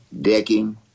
Decking